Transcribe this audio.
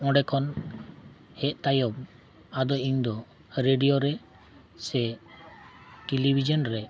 ᱚᱸᱰᱮ ᱠᱷᱚᱱ ᱦᱮᱡ ᱛᱟᱭᱚᱢ ᱟᱫᱚ ᱤᱧ ᱫᱚ ᱨᱮᱰᱤᱭᱳ ᱨᱮ ᱥᱮ ᱴᱮᱞᱤᱵᱷᱤᱡᱚᱱ ᱨᱮ